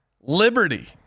liberty